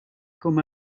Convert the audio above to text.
com